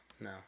No